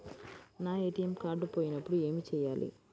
నా ATM card పోయినప్పుడు ఏమి చేయాలి?